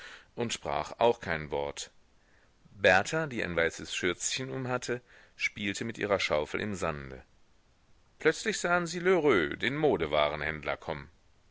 und sprach auch kein wort berta die ein weißes schürzchen umhatte spielte mit ihrer schaufel im sande plötzlich sahen sie lheureux den modewarenhändler kommen